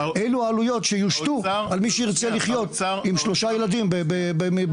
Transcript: אלו העלויות שיושתו על מי שירצה לחיות עם שלושה ילדים בגליל.